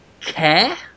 care